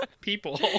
people